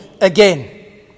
again